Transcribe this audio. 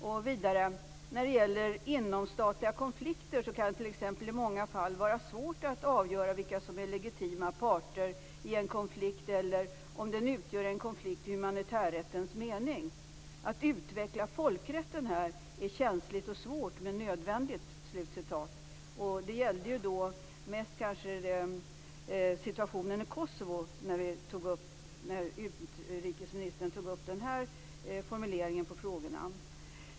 Vidare sade hon: När det gäller inomstatliga konflikter kan det t.ex. i många fall vara svårt att avgöra vilka som är legitima parter i en konflikt eller om den utgör en konflikt i humanitärrättens mening. Att utveckla folkrätten här är känsligt och svårt, men nödvändigt. Utrikesministerns formulering gällde kanske mest situationen i Kosovo.